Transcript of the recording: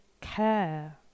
care